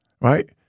right